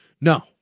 No